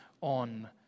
on